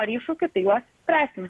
ar iššūkių tai juos spręsim